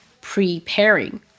preparing